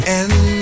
end